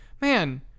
man